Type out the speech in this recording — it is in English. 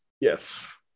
Yes